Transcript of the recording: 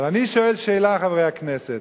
אבל אני שואל שאלה, חברי הכנסת: